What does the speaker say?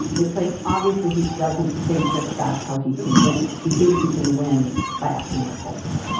it's like obviously he doesn't think that that's how he can win. he thinks he can win by acting like this